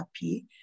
happy